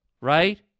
Right